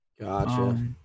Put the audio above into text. Gotcha